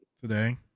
today